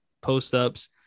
post-ups